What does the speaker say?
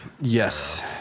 Yes